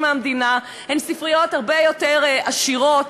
מהמדינה הן ספריות הרבה יותר עשירות,